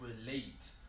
relate